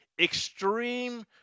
extreme